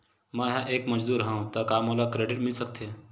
मैं ह एक मजदूर हंव त का मोला क्रेडिट मिल सकथे?